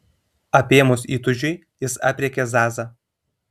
apėmus įtūžiui jis aprėkė zazą